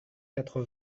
quatre